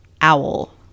owl